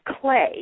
clay